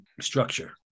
Structure